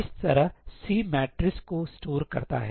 इस तरह C matrices को स्टोर करता है